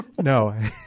no